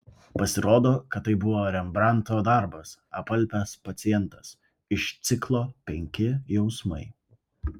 pasirodo kad tai buvo rembrandto darbas apalpęs pacientas iš ciklo penki jausmai